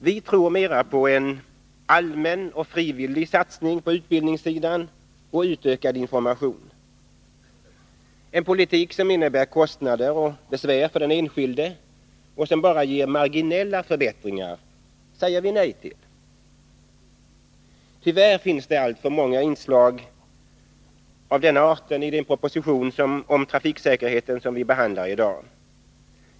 Vi tror mera på en allmän och frivillig satsning på utbildningssidan och utökad information. En politik som innebär kostnader och besvär för den enskilde och som bara ger marginella förbättringar säger vi nej till. Tyvärr finns det alltför många inslag av den arten i den proposition om trafiksäkerheten som vi behandlar i dag.